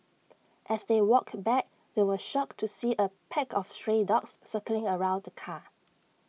as they walked back they were shocked to see A pack of stray dogs circling around the car